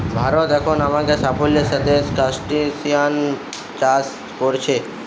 ভারত এখন অনেক সাফল্যের সাথে ক্রস্টাসিআন চাষ কোরছে